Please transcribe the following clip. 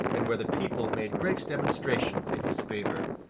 and where the people made great demonstrations in his favour.